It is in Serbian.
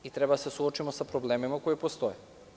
Treba da se suočimo sa problemima koji postoje.